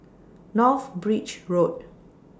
North Bridge Road